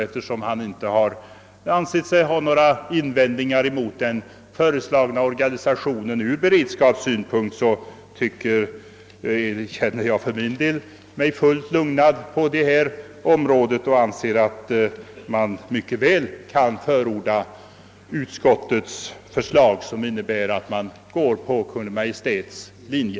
Eftersom han inte har ansett sig böra framföra några invändningar från beredskapssynpunkt mot den föreslagna organisationen, känner jag mig fullt tillfredsställd i detta hänseende och finner att jag mycket väl kan förorda utskottets förslag, som innebär att riksdagen går på Kungl. Maj:ts linje.